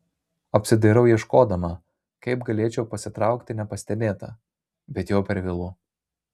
apsidairau ieškodama kaip galėčiau pasitraukti nepastebėta bet jau per vėlu